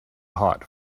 hot